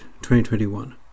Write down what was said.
2021